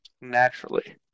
naturally